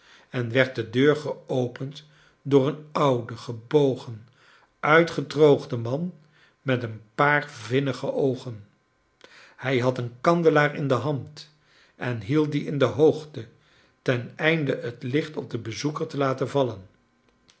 en werd de deur geopend door een ouden j gehogen uitgedroogden man met een j paar vinnige oogen hij had een kandelaar in de hand en hield dien in de hoogte ten eindc het licht op den bezoeker te laten i vallen